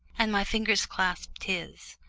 and my fingers clasped his,